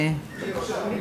אפשר.